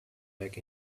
back